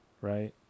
right